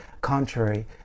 contrary